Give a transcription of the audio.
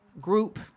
group